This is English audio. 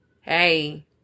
Hey